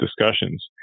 discussions